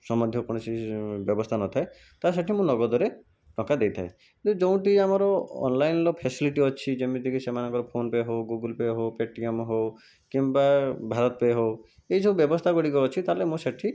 ସ ମଧ୍ୟ କୌଣସି ବ୍ୟବସ୍ଥା ନଥାଏ ତା' ସହିତ ମୁଁ ନଗଦରେ ଟଙ୍କା ଦେଇଥାଏ ଯେଉଁଠି ଆମର ଅନଲାଇନର ଫ୍ୟାସିଲିଟି ଅଛି ଯେମିତିକି ସେମାନଙ୍କର ଫୋନପେ' ହେଉ ଗୁଗୁଲପେ' ହେଉ ପେଟିଏମ୍ ହେଉ କିମ୍ବା ଭାରତପେ' ହେଉ ଏହିସବୁ ବ୍ୟବସ୍ଥା ଗୁଡ଼ିକ ଅଛି ତାହେଲେ ମୁଁ ସେଇଠି